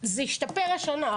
זה ישתפר השנה".